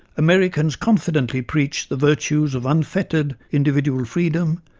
americans confidently preach the virtues of unfettered individual freedom,